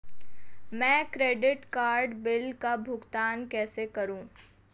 मैं credit card bill का भुगतान कैसे करूं?